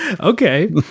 Okay